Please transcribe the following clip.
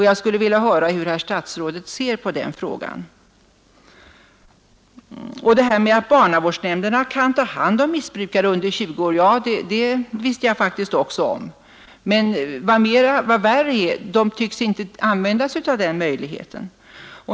Jag skulle vilja höra hur herr statsrådet ser på den frågan. Det här med att barnavårdsnämnderna kan ta hand om missbrukare under 20 år, det visste jag faktiskt också om. Men de tycks inte använda den möjligheten.